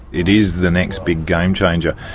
it is the next big game changer.